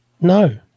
No